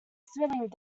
thrilling